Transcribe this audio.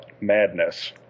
Madness